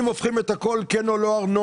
אם הופכים את הכל כן או לא ארנונה.